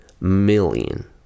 million